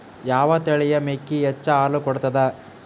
ಯಾವ ತಳಿಯ ಮೇಕಿ ಹೆಚ್ಚ ಹಾಲು ಕೊಡತದ?